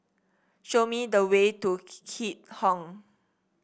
show me the way to Keat Hong